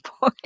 boy